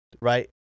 right